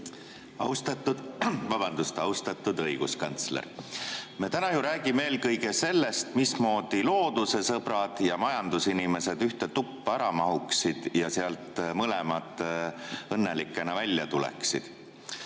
palun! Austatud õiguskantsler! Me räägime täna ju eelkõige sellest, mismoodi loodusesõbrad ja majandusinimesed ühte tuppa ära mahuksid ja mõlemad sealt ka õnnelikena välja tuleksid.